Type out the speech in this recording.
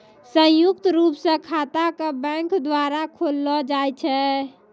संयुक्त रूप स खाता क बैंक द्वारा खोललो जाय छै